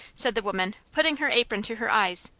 said the woman, putting her apron to her eyes.